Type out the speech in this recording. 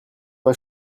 pas